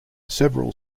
several